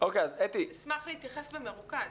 אשמח להתייחס במרוכז.